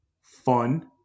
fun